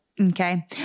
Okay